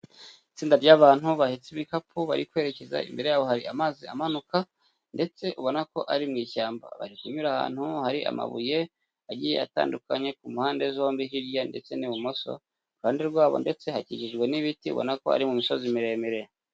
Itsinda ry'abantu bahetse ibikapu bari kwerekeza imbere yabo hari amazi amanuka ndetse ubona ko ari mu ishyamba, bari kAunyura ahantu hari amabuye agiye atandukanye ku mpande zombi hirya ndetse n'ibumoso, iruhande rwabo ndetse hakikijwe n'ibiti ubona ko ari mu misozi miremire.